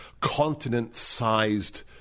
continent-sized